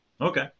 Okay